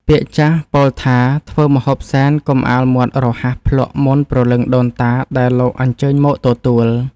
ពាក្យចាស់ពោលថា ធ្វើម្ហូបសែនកុំអាលមាត់រហ័សភ្លក្សមុនព្រលឹងដូនតាដែលលោកអញ្ជើញមកទទួល។